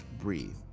breathe